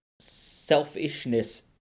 selfishness